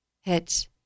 hit